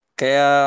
kaya